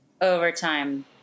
overtime